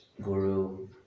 guru